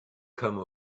come